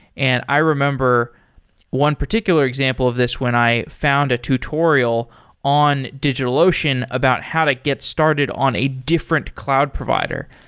and i remember one particular example of this when i found a tutorial in digitalocean about how to get started on a different cloud provider.